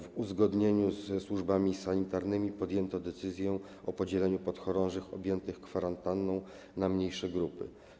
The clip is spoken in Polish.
W uzgodnieniu ze służbami sanitarnymi podjęto decyzję o podzieleniu podchorążych objętych kwarantanną na mniejsze grupy.